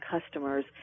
customers